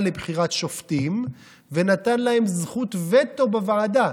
לבחירת שופטים ונתן להם זכות וטו בוועדה.